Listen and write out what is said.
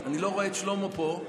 אני לא רואה את שלמה פה.